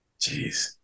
Jeez